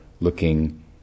looking